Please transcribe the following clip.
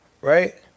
Right